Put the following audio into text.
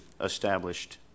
established